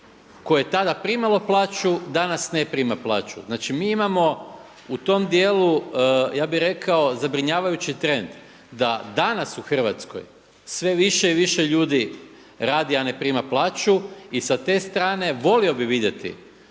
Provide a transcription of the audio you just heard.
koje je tada primalo plaću danas ne prima plaću. Znači mi imamo u tom dijelu ja bih rekao zabrinjavajući trend, da danas u Hrvatskoj sve više i više ljudi radi a ne prima plaću. I sa te strane volio bih vidjeti